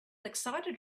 excited